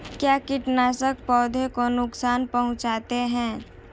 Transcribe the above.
क्या कीटनाशक पौधों को नुकसान पहुँचाते हैं?